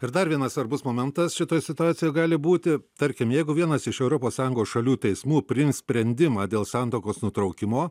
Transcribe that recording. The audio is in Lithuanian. ir dar vienas svarbus momentas šitoj situacijoj gali būti tarkim jeigu vienas iš europos sąjungos šalių teismų priims sprendimą dėl santuokos nutraukimo